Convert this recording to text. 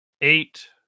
eight